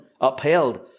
upheld